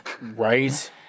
right